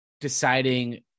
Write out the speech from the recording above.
deciding